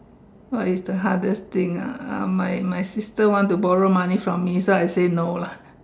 what is the hardest thing ah uh my uh my to borrow money from me so I say no lah